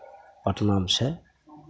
पटनामे छै